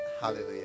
hallelujah